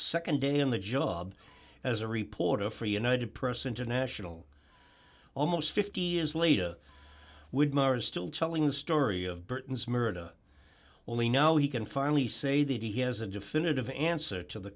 my nd day in the job as a reporter for united press international almost fifty years later would mars still telling the story of britain's murda were only now he can finally say that he has a definitive answer to the